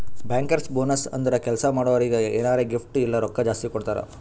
bankers bonus ಅಂದುರ್ ಕೆಲ್ಸಾ ಮಾಡೋರಿಗ್ ಎನಾರೇ ಗಿಫ್ಟ್ ಇಲ್ಲ ರೊಕ್ಕಾ ಜಾಸ್ತಿ ಕೊಡ್ತಾರ್